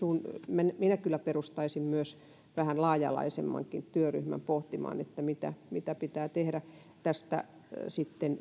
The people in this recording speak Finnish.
minä kyllä perustaisin nyt myös vähän laaja alaisemmankin työryhmän pohtimaan mitä mitä pitää tehdä tässä sitten